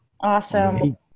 Awesome